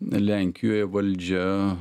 lenkijoj valdžia